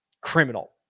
criminal